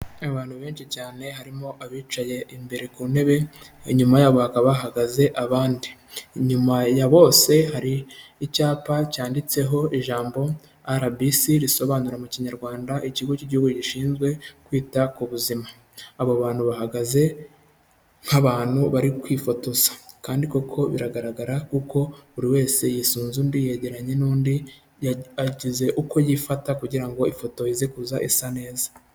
Abantu benshi cyane harimo abicaye imbere ku ntebe, inyuma yabo hakaba bahagaze abandi. Inyuma ya bose hari icyapa cyanditseho ijambo RBC, risobanura mu kinyarwanda Ikigo cy'Igihugu Gishinzwe Kwita ku Buzima. Abo bantu bahagaze nk'abantu bari kwifotoza kandi koko biragaragara kuko buri wese yisunze undi, yegeranye n'undi agize uko yifata kugira ngo ifoto ize kuza isa neza.